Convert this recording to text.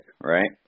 right